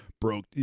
Broke